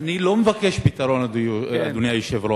אני לא מבקש פתרון, אדוני היושב-ראש.